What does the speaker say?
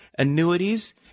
annuities